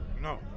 No